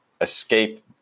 escape